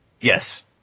Yes